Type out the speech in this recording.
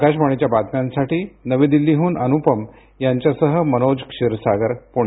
आकाशवाणीच्या बातम्यांसाठी नवी दिल्लीहून अनुपम यांच्यासह मनोज क्षीरसागर पुणे